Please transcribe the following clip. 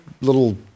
little